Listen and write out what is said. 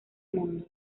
mundo